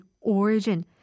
origin